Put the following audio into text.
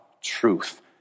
truth